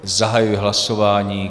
Zahajuji hlasování.